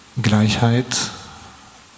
Gleichheit